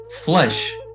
flesh